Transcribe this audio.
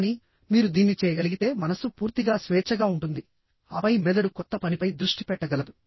కానీ మీరు దీన్ని చేయగలిగితే మనస్సు పూర్తిగా స్వేచ్ఛగా ఉంటుంది ఆపై మెదడు కొత్త పనిపై దృష్టి పెట్టగలదు